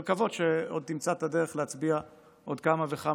ולקוות שתמצא את הדרך להצביע עוד כמה וכמה